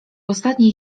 ostatniej